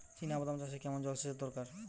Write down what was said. চিনাবাদাম চাষে কেমন জলসেচের দরকার?